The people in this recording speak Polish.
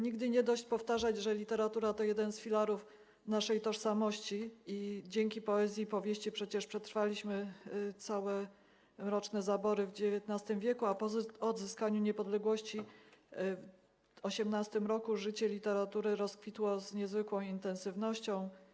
Nigdy nie dość powtarzać, że literatura to jeden z filarów naszej tożsamości i dzięki poezji i powieści przecież przetrwaliśmy całe mroczne zabory w XIX w., a po odzyskaniu niepodległości w 1918 r. życie literatury rozkwitło z niezwykłą intensywnością.